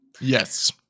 yes